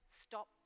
stop